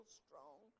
strong